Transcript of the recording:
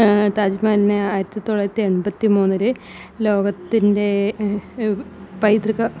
താജ്മഹലിനെ ആയിരത്തി തൊള്ളായിരത്തി എൺപത്തിമൂന്നിൽ ലോകത്തിന്റെ പൈതൃക